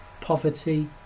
poverty